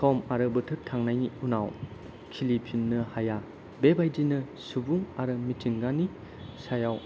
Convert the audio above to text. सम आरो बोथोर थांनायनि उनाव खिलिफिननो हाया बेबायदिनो सुबुं आरो मिथिंगानि सायाव